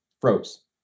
froze